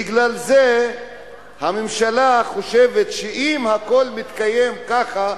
בגלל זה, הממשלה חושבת שאם הכול מתקיים ככה,